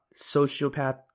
sociopath